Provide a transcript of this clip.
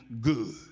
good